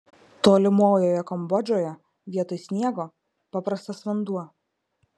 tolimojoje kambodžoje vietoj sniego paprastas vanduo